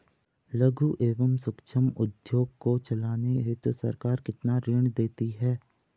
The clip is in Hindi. लघु एवं सूक्ष्म उद्योग को चलाने हेतु सरकार कितना ऋण देती है?